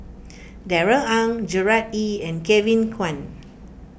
Darrell Ang Gerard Ee and Kevin Kwan